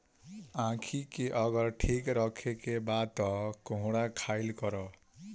आंखी के अगर ठीक राखे के बा तअ कोहड़ा खाइल करअ